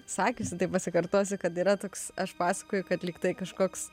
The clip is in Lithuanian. sakiusi tai pasikartosiu kad yra toks aš pasakoju kad lyg tai kažkoks